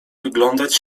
wyglądać